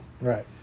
Right